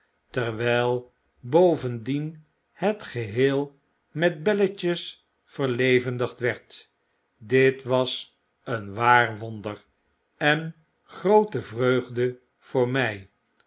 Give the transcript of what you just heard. terwyl bovendien het geheel met belletjes verlevendigd werd dit was een waar wonder en groote vreugde voor mij